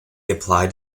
applied